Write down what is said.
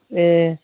ए